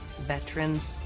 veterans